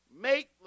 make